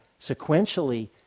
sequentially